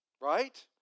right